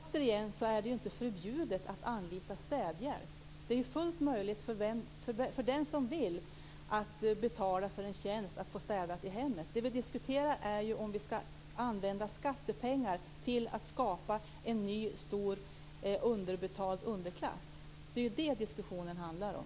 Fru talman! Återigen vill jag påpeka att det inte är förbjudet att anlita städhjälp. Det är fullt möjligt för den som vill att betala för tjänsten att få städat i hemmet. Det vi diskuterar är om vi skall använda skattepengar till att skapa en ny stor underbetald underklass. Det är det diskussionen handlar om.